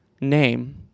name